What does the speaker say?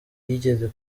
yigeze